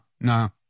No